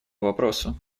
вопросу